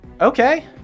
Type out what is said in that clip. Okay